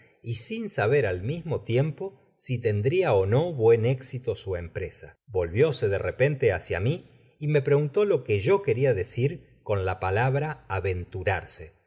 y sin saber al mismo tiempo si tendria ó no buen éxito su empresa volvióse de repente bácia mí y me preguntó lo que yo queria decir con la palabra aventurarse